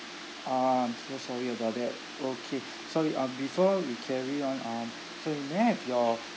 ah I'm so sorry about that okay sorry uh before we carry on um sorry may I have your